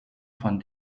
von